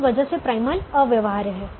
इस वजह से प्राइमल अव्यवहार्य है